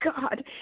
God